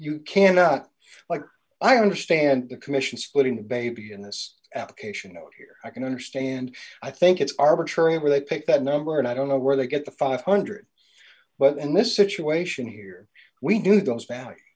you cannot like i understand the commission splitting the baby in this application note here i can understand i think it's arbitrary where they pick that number and i don't know where they get the five hundred but in this situation here we do those ba